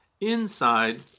inside